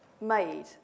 made